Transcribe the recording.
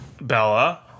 bella